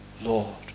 Lord